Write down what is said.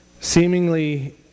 seemingly